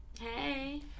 Hey